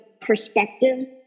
perspective